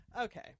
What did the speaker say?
Okay